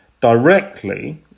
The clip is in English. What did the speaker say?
Directly